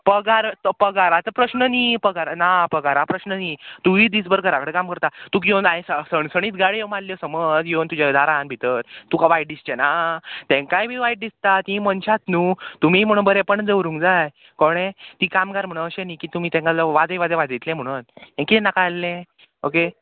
पगार तो पगाराचो प्रश्न न्ही पगार ना पगारा प्रश्न न्ही तुयी दीस भर घरा कडेन काम करता तुका येवन आये सणसणीत गाळयो येवन मारल्यो समज येवन तुगेल्या दारांत भितर तुका वायट दिसचें ना तेंकाय बी वायट दिसता तीं मनशांच न्हू तुमी म्हणून बरेंपण दवरूंक जाय कळ्ळें तीं कामगार म्हणोन अशें न्ही की तुमी तेंका लोक वाजय वाजय वाजयतलें म्हणून हें कितें नाका जाल्लें ओके